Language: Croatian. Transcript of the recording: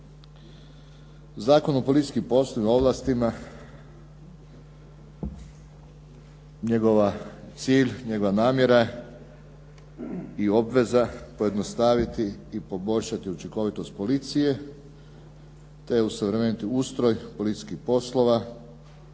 Zakon o policijskim poslovima i ovlastima njegov cilj, njegova namjera je i obveza pojednostaviti i poboljšati učinkovitost policije te osuvremeniti ustroj policijskih poslova